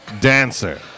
dancer